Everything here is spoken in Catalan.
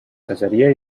casaria